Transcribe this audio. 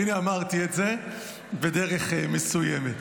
הינה אמרתי את זה בדרך מסוימת.